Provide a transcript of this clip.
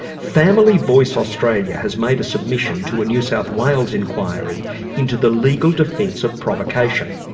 family voice australia has made a submission to a new south wales inquiry into the legal defence of provocation.